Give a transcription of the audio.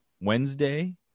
Wednesday